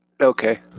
okay